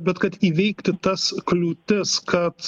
bet kad įveikti tas kliūtis kad